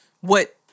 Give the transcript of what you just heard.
What-